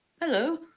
hello